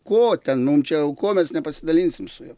ko ten mum čia jau ko mes nepasidalinsim su juo